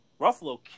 Ruffalo